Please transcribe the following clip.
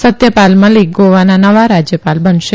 સત્યપાલ મલિક ગોવાના નવા રાજ્યપાલ બનશે